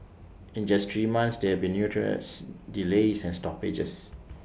in just three months there have been new dress delays and stoppages